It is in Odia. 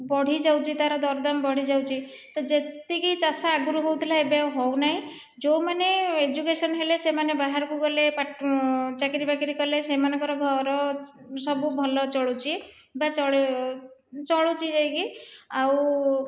ବଢ଼ିଯାଉଛି ତାର ଦରଦାମ୍ ବଢ଼ିଯାଉଛି ତ ଯେତିକି ଚାଷ ଆଗରୁ ହେଉଥିଲା ଏବେ ଆଉ ହେଉନାହିଁ ଯେଉଁମାନେ ଏଜୁକେସନ୍ ହେଲେ ସେମାନେ ବାହାରକୁ ଗଲେ ବା ଚାକିରୀ ବାକିରି କଲେ ସେଇମାନଙ୍କର ଘର ସବୁ ଭଲ ଚଳୁଛି ବା ଚଳ ଚଳୁଛି ଯାଇକି ଆଉ